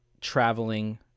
traveling